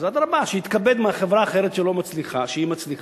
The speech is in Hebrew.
אז אדרבה, שיתכבד מהחברה האחרת שהיא מצליחה